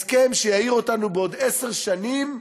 הסכם שיעיר אותנו בעוד עשר שנים,